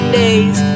days